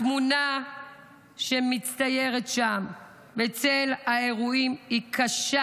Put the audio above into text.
התמונה שמצטיירת שם בצל האירועים היא קשה.